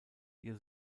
ihr